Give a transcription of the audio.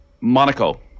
Monaco